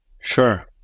Sure